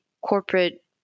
corporate